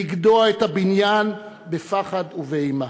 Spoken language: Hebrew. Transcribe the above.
לגדוע את הבניין בפחד ובאימה,